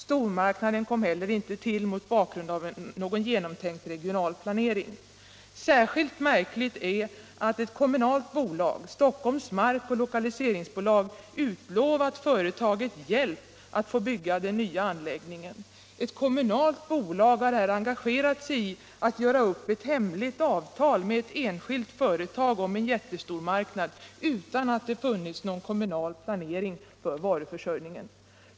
Stormarknaden kom heller inte till mot bakgrund av en genomtänkt regional planering. Särskilt märkligt är att ett kommunalt bolag, Stockholms Mark och Lokaliseringsbolag, utlovat företaget hjälp att få bygga den nya anläggningen. Ett kommunalt bolag har här engagerat sig i att göra upp ett hemligt avtal med ett enskilt företag om en jättestormarknad utan att det funnits någon kommunal planering för varuförsörjningen.